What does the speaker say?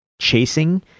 chasing